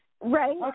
Right